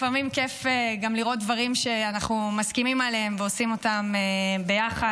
לפעמים כיף גם לראות דברים שאנחנו מסכימים עליהם ועושים אותם ביחד,